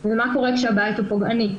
ומה קורה כשהבית הוא פוגעני?